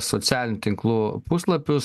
socialinių tinklų puslapius